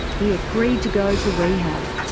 he agreed to go to rehab.